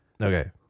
Okay